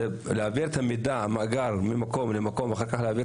להעביר את המידע במאגר ממקום למקום ואחר כך להעביר